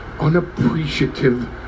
unappreciative